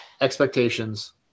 expectations